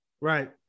Right